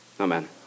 Amen